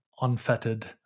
unfettered